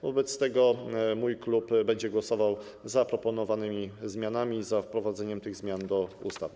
Wobec tego mój klub będzie głosował za proponowanymi zmianami, za wprowadzeniem tych zmian do ustawy.